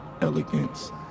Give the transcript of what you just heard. elegance